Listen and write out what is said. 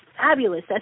fabulous